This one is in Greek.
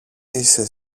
είσαι